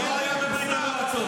זה לא היה בברית המועצות,